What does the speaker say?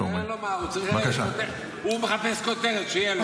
הוא מחפש כותרת, שתהיה לו.